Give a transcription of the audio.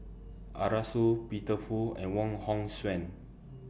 Arasu Peter Fu and Wong Hong Suen